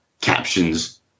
captions